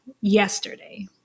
yesterday